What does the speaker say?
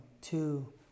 two